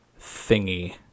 thingy